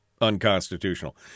unconstitutional